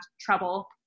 trouble